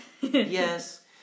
yes